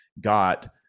got